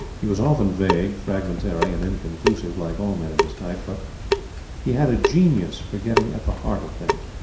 he was often vague, fragmentary, and inconclusive, like all men of his type but he had a genius for getting at the heart of things.